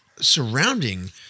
surrounding